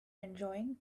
enjoying